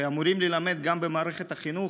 ואמורים ללמד גם במערכת החינוך,